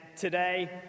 Today